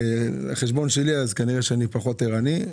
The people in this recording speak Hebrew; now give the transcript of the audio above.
בנוגע לחשבון שלי כנראה שאני פחות עירני.